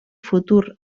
futur